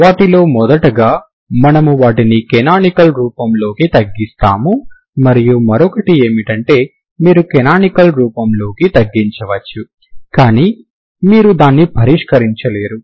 వాటిలో మొదటగా మనము వాటిని కనానికల్ రూపంలోకి తగ్గిస్తాము మరియు మరొకటి ఏమిటంటే మీరు కనానికల్ రూపంలోకి తగ్గించవచ్చు కానీ మీరు దాన్ని పరిష్కరించలేరు